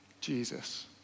Jesus